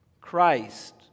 Christ